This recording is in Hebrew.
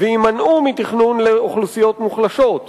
ויימנעו מתכנון לאוכלוסיות מוחלשות.